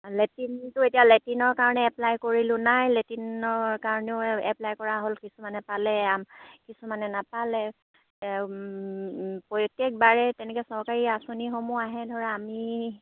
লেটিনটো এতিয়া লেটিনৰ কাৰণে এপ্লাই কৰিলোঁ নাই লেটিনৰ কাৰণেও এপ্লাই কৰা হ'ল কিছুমানে পালে কিছুমানে নাপালে প্ৰত্যেকবাৰে তেনেকৈ চৰকাৰী আঁচনিসমূহ আহে ধৰা আমি